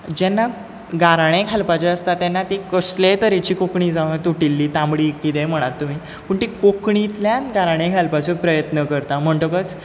जेन्ना गाराणें घालपाचें आसता तेन्ना ती कसलेय तरेची कोंकणी जावं तुटिल्ली तांबडी कितेंय म्हणात तुमी पूण ती कोंकणींतल्यान गाराणें घालपाचो प्रयत्न करता म्हणटकच